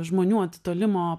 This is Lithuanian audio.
žmonių atitolimo